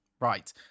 right